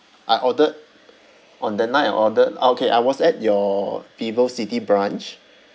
I ordered on that night I ordered orh okay I was at your vivocity branch